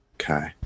Okay